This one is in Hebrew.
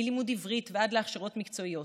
מלימוד עברית ועד להכשרות מקצועיות,